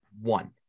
one